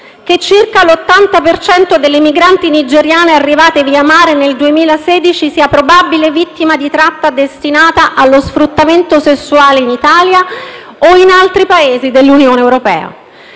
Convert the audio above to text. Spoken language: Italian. per cento delle migranti nigeriane arrivate via mare nel 2016 sia probabile vittima di tratta destinata allo sfruttamento sessuale in Italia o in altri Paesi dell'Unione europea.